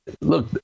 look